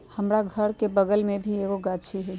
हमरा घर के बगल मे भी एगो गाछी हई